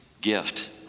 gift